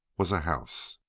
was a house.